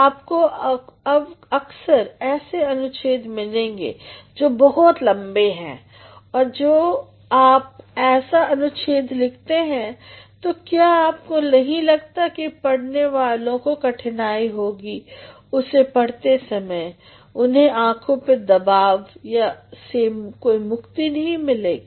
आपको अक्सर ऐसे अनुच्छेद मिलेंगे जो बहुत लम्बे हैं और जब आप ऐसा अनुच्छेद लिखते हैं तब क्या आपको नहीं लगता कि पढ़ने वालों को कठिनाई होगी उसे पढ़ते समय उन्हें आखों पे दबाव से कोई मुक्ति नहीं मिलेगी